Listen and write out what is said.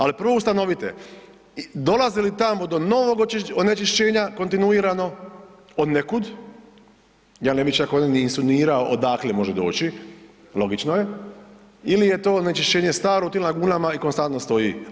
Ali prvo ustanovite dolazili tamo do novog onečišćenja kontinuirano od nekud, ja ne bi čak ovdje ni sunirao odakle može doći, logično je, ili je to onečišćenje staro u tim lagunama i konstantno stoji.